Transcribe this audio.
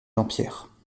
dampierre